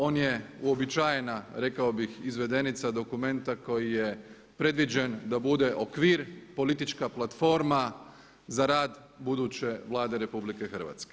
On je uobičajena, rekao bih izvedenica dokumenta koji je predviđen da bude okvir, politička platforma za rad buduće Vlade RH.